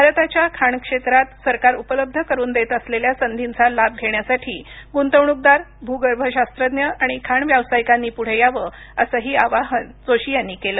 भारताच्या खाण क्षेत्रात सरकार उपलब्ध करून देत असलेल्या संधींचा लाभ घेण्यासाठी गुंतवणूकदार भूगर्भशास्त्रज्ञ आणि खाण व्यावसायिकांनी पुढे यावं असंही आवाहन जोशी यांनी केलं